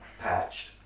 patched